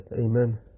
Amen